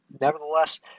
nevertheless